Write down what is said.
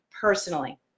personally